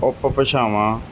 ਉਪ ਭਾਸ਼ਾਵਾਂ